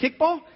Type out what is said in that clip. kickball